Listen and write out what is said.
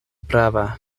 prava